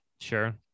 Sure